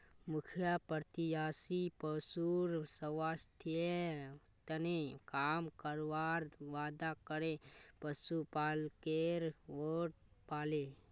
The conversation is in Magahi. मुखिया प्रत्याशी पशुर स्वास्थ्येर तने काम करवार वादा करे पशुपालकेर वोट पाले